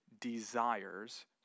desires